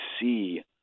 see